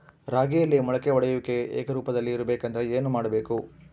ರಾಗಿಯಲ್ಲಿ ಮೊಳಕೆ ಒಡೆಯುವಿಕೆ ಏಕರೂಪದಲ್ಲಿ ಇರಬೇಕೆಂದರೆ ಏನು ಮಾಡಬೇಕು?